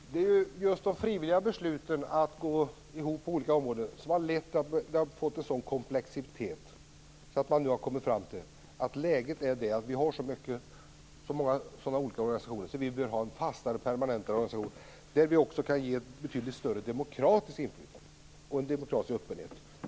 Fru talman! Det är just de frivilliga besluten om att gå ihop på olika områden som har lett till en sådan komplexitet. Man har nu kommit fram till att det finns så många olika organisationer att man vill ha en fastare, mer permanent organisation, som också kan ge betydligt större demokratiskt inflytande och större demokratisk öppenhet.